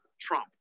Trump